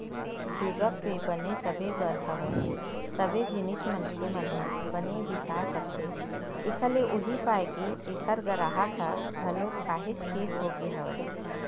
गुगप पे बने सबे बर हवय सबे जिनिस मनखे मन ह बने बिसा सकथे एखर ले उहीं पाय के ऐखर गराहक ह घलोक काहेच के होगे हवय